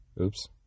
Oops